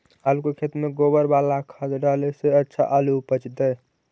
आलु के खेत में गोबर बाला खाद डाले से अच्छा आलु उपजतै?